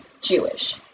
Jewish